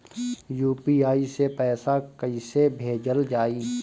UPI से पैसा कइसे भेजल जाई?